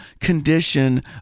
condition